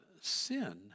sin